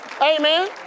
Amen